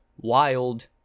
wild